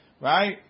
right